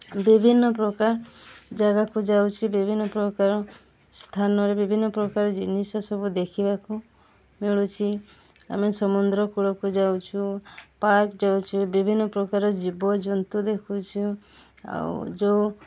ବିଭିନ୍ନପ୍ରକାର ଜାଗାକୁ ଯାଉଛି ବିଭିନ୍ନପ୍ରକାର ସ୍ଥାନରେ ବିଭିନ୍ନପ୍ରକାର ଜିନିଷ ସବୁ ଦେଖିବାକୁ ମିଳୁଛି ଆମେ ସମୁଦ୍ର କୂଳକୁ ଯାଉଛୁ ପାର୍କ୍ ଯାଉଛୁ ବିଭିନ୍ନପ୍ରକାର ଜୀବଜନ୍ତୁ ଦେଖୁଛୁ ଆଉ ଯେଉଁ